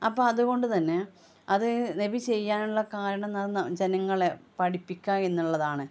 അപ്പോള് അതുകൊണ്ടുതന്നെ അത് നബി ചെയ്യാനുള്ള കാരണം എന്താണെന്നു വച്ചാൽ ജനങ്ങളെ പഠിപ്പിക്കുക എന്നുള്ളതാണ്